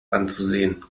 anzusehen